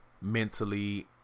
mentally